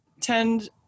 tend